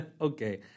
okay